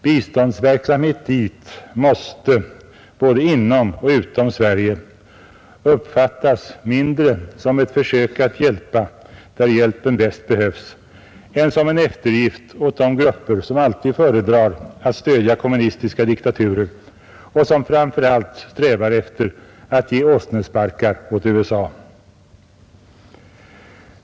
Biståndsverksamhet dit måste både inom och utom Sverige uppfattas mindre som ett försök att hjälpa där hjälpen bäst behövs än som en eftergift åt de grupper som alltid föredrar att stödja kommunistiska diktaturer och som framför allt strävar efter att ge åsnesparkar åt USA.